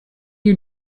you